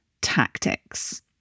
tactics